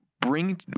Bring